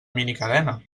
minicadena